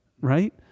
right